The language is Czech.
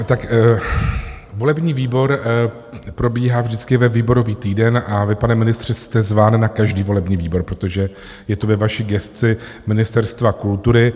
Tak volební výbor probíhá vždycky ve výborový týden a vy, pane ministře, jste zván na každý volební výbor, protože je to ve vaší gesci Ministerstva kultury.